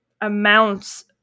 amounts